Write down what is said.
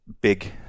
big